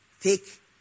take